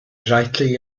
greatly